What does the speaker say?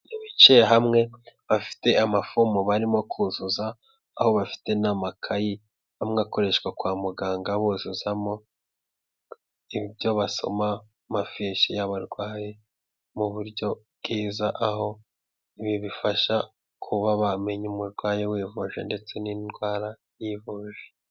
Bicaye hamwe bafite amafomu barimo kuzuza, aho bafite n'amakayi amwe akoreshwa kwa muganga buzuzamo ibyo basoma amafishi y'abarwayi mu buryo bwiza aho ibi bifasha kuba bamenya umurwayi wivuje ndetse n'indwara yivuje.